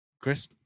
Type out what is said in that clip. Chris